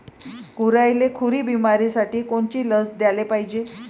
गुरांइले खुरी बिमारीसाठी कोनची लस द्याले पायजे?